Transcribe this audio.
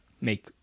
make